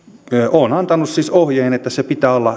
olen antanut siis ohjeen että sen pitää olla